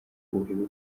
urebe